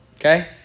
Okay